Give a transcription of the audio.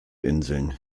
inseln